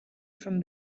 from